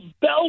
bell